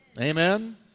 Amen